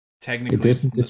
Technically